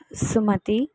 Sumathi